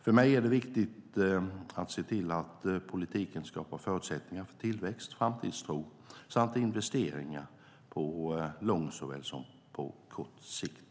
För mig är det viktigt att se till att politiken skapar förutsättningar för tillväxt, framtidstro samt investeringar på lång såväl som på kort sikt.